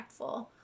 impactful